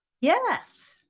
yes